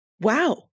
wow